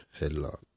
headlock